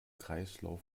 kreislauf